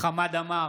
חמד עמאר,